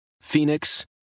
Phoenix